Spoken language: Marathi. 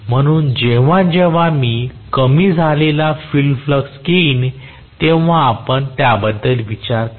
म्हणून जेव्हा जेव्हा मी कमी झालेला फील्ड फ्लक्स घेईन तेव्हा आपण त्याबद्दल विचार करावा